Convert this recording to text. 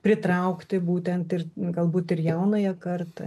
pritraukti būtent ir galbūt ir jaunąją kartą